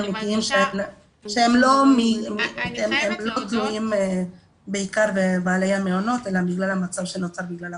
אמיתיים שהם לא תלויים בעיקר בבעלי המעונות אלא בגלל המצב שנוצר.